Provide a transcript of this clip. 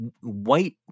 white